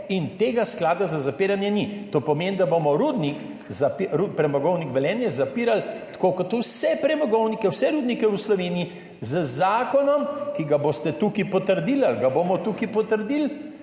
in tega sklada za zapiranje ni. To pomeni, da bomo rudnik, Premogovnik Velenje zapirali tako kot vse premogovnike, vse rudnike v Sloveniji, z zakonom o zapiranju, ki ga boste tukaj potrdili ali ga bomo tukaj potrdili.